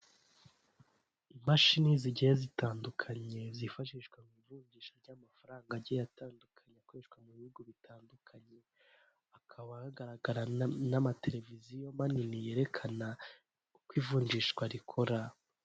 Imashini zigiye zitandukanye zifashishwa mu ivunjisha ry'amafaranga agiye atandukanye akoreshwa mu bihugu bitandukanye, hakaba hagaragara n'amateleviziyo manini yerekana uko ivunjishwa rikora.